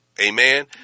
Amen